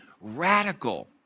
radical